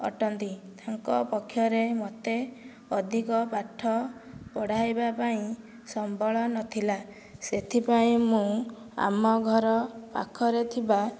ଅଟନ୍ତି ତାଙ୍କ ପକ୍ଷରେ ମୋତେ ଅଧିକ ପାଠ ପଢ଼ାଇବା ପାଇଁ ସମ୍ବଳ ନଥିଲା ସେଥିପାଇଁ ମୁଁ ଆମ ଘର ପାଖରେ ଥିବା